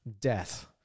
death